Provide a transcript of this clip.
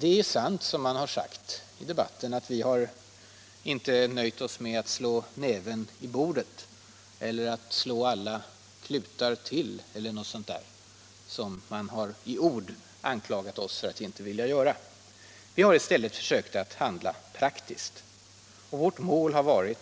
Det är sant som man har sagt i debatten att vi inte har nöjt oss med att ”slå näven i bordet” eller att ”sätta alla klutar till”, vilket man har anklagat oss för att i ord inte vilja göra. I stället har vi försökt att handla praktiskt. Vårt mål har varit